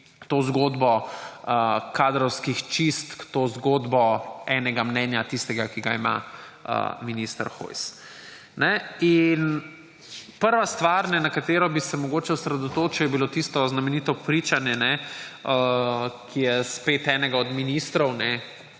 to zgodbo kadrovskih čistk, to zgodbo enega mnenja – tistega, ki ga ima minister Hojs. Prva stvar, na katero bi se mogoče osredotočil, je bilo tisto znamenito pričanje, ki je spet enega od ministrov,